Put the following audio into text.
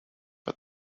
but